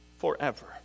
forever